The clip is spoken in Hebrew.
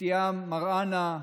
אבתיסאם מראענה,